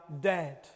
dead